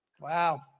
Wow